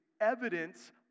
evidence